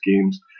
games